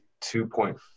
two-point –